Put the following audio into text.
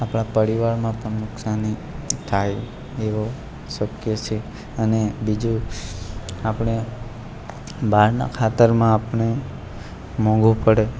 આપણા પરિવારમાં પણ નુકશાની થાય એવું શક્ય છે અને બીજું આપણે બહારના ખાતરમાં આપણે મોંઘું પડે